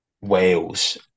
Wales